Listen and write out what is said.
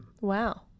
wow